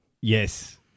yes